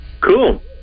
Cool